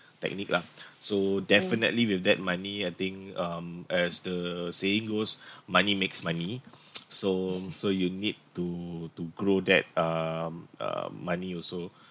technique lah so definitely with that money I think um as the saying goes money makes money so so you need to to grow that(um) uh money also